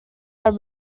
are